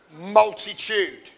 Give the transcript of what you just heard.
multitude